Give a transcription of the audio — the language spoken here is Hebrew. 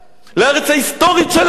לארץ ההיסטורית שלנו.